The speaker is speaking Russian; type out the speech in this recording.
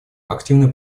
активное